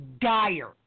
dire